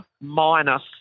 minus